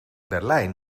berlijn